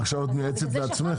עכשיו את מייעצת לעצמך?